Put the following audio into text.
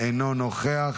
אינה נוכחת,